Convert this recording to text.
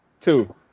two